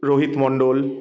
Rohit Mondal